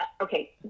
okay